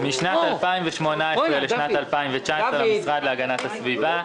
אלפי ש"ח משנת 2018 לשנת 2019 במשרד להגנת הסביבה.